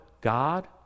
God